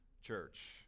church